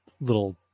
little